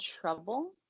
trouble